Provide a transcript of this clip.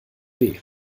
weh